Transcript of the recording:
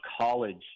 college